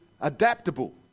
adaptable